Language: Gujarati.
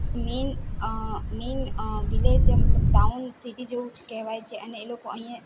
મેન મેન વિલેજ એમ ટાઉન સિટી જેવું જ કહેવાય છે અને એ લોકો અહીંયા